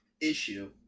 issue